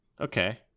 Okay